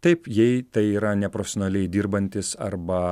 taip jei tai yra neprofesionaliai dirbantis arba